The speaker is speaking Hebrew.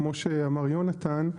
כמו שאמר יונתן,